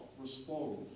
respond